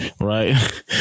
right